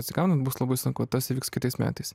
atsigaunant bus labai sunku o tas įvyks kitais metais